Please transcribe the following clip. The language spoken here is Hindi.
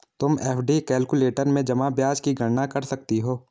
तुम एफ.डी कैलक्यूलेटर में जमा ब्याज की गणना कर सकती हो